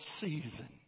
season